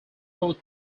road